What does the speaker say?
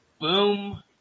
Boom